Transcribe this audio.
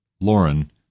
Lauren